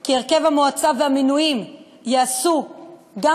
כי הרכב המועצה והמינויים ייעשו גם